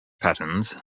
patterns